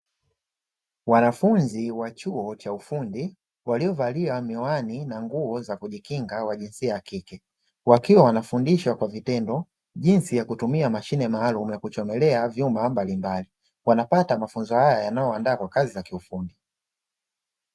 Wanafunzi wa chuo cha ufundi waliovalia miwani na nguo za kujikinga wa jinsia ya kike, wakiwa wanafundishwa kwa vitendo jinsi ya kutumia mashine maalumu ya kuchomelea vyuma mbalimbali. Wanapata mafunzo haya yanayowandaa kwa kazi za kiufundi.